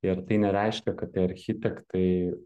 ir tai nereiškia kad tie architektai